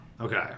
okay